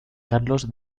carlos